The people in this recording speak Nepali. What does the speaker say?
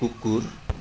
कुकुर